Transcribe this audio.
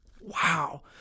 Wow